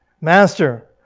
Master